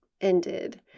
ended